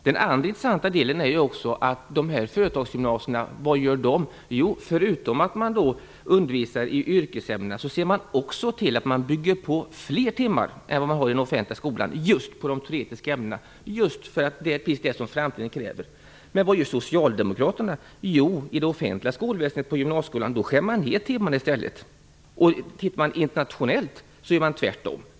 Det är också intressant att dessa företagsgymnasier förutom att undervisa i yrkesämnena bygger på fler timmar på de teoretiska ämnena jämfört med den offentliga skolan. Detta görs just för att framtiden kräver det. Internationellt gör man tvärtom.